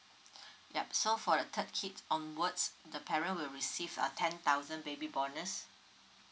yup so for the third kid onwards the parent will receive a ten thousand baby bonus